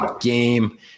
game